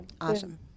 awesome